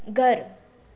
घरु